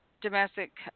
domestic